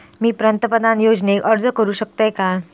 मी पंतप्रधान योजनेक अर्ज करू शकतय काय?